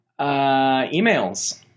Emails